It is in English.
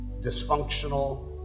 dysfunctional